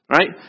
Right